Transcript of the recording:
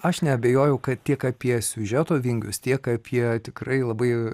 aš neabejoju kad tiek apie siužeto vingius tiek apie tikrai labai